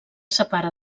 separa